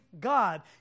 God